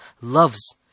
loves